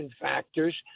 factors